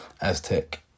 Aztec